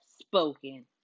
spoken